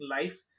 life